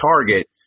target